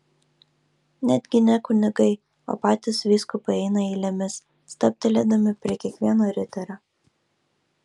netgi ne kunigai o patys vyskupai eina eilėmis stabtelėdami prie kiekvieno riterio